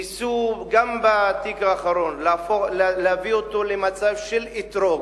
ניסו גם בתיק האחרון להביא אותו למצב של אתרוג.